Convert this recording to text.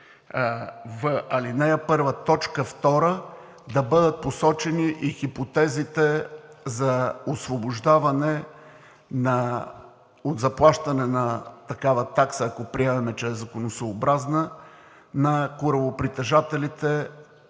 в чл. 103в, ал. 1, т. 2 да бъдат посочени и хипотезите за освобождаване от заплащане на такава такса, ако приемем, че е законосъобразна на корабопритежателите